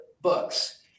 Books